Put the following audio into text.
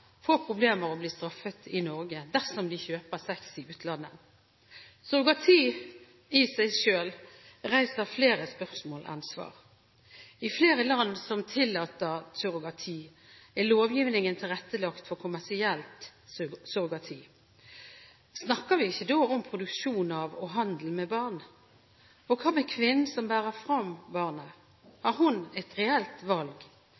få problemer og bli straffet i Norge dersom de kjøper sex i utlandet. Surrogati i seg selv reiser flere spørsmål enn det gir svar. I flere land som tillater surrogati, er lovgivningen tilrettelagt for kommersielt surrogati. Snakker vi ikke da om produksjon av og handel med barn? Hva med kvinnen som bærer fram